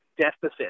deficit